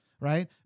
Right